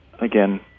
again